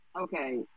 okay